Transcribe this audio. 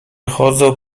chodzą